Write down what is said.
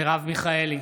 מרב מיכאלי,